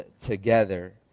together